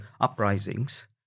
uprisings